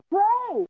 Pray